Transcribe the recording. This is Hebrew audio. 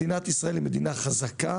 מדינת ישראל היא מדינה חזקה,